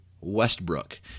Westbrook